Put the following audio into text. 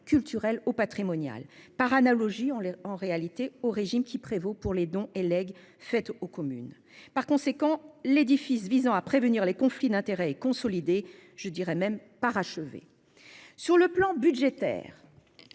culturelles ou patrimoniales, par analogie au régime qui prévaut pour les dons et legs faits aux communes. Par conséquent, l'édifice visant à prévenir les conflits d'intérêts est consolidé, pour ne pas dire parachevé. Du point de vue budgétaire,